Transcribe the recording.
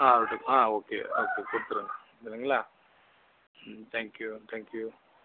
ஆ okay ஆ okay கொடுத்துங்க சரிங்களா ம் தேங்க்யூ தேங்க்யூ